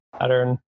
pattern